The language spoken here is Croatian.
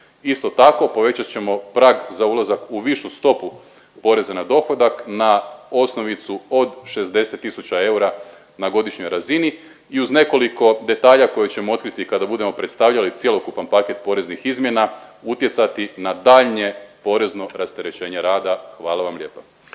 Isto tako povećat ćemo prag za ulazak u višu stopu poreza na dohodak na osnovicu od 60 tisuća eura na godišnjoj razini i uz nekoliko detalja koje ćemo otkriti kada budemo predstavljali cjelokupan paket poreznih izmjena utjecati na daljnje porezno rasterećenja rada. Hvala vam lijepa.